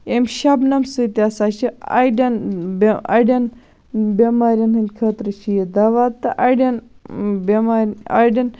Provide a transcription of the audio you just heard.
امہِ شَبنَم سۭتۍ ہَسا چھ اَڑٮ۪ن بیٚہ اَڑٮ۪ن بیٚمارٮ۪ن ہٕنٛدۍ خٲطرٕ چھِ یہِ دَوا تہٕ اَڑٮ۪ن بٮ۪مارٮ۪ن اَڑٮ۪ن